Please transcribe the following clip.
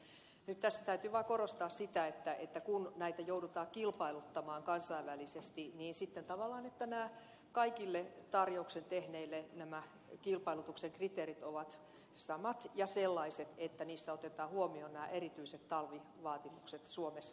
nyt tässä täytyy vaan korostaa sitä että kun näitä joudutaan kilpailuttamaan kansainvälisesti niin sitten tavallaan kaikille tarjouksen tehneille nämä kilpailutuksen kriteerit ovat samat ja sellaiset että niissä otetaan huomioon nämä erityiset talvivaatimukset suomessa